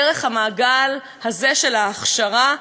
דרך המעגל הזה, של ההכשרה,